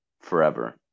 Forever